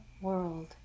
world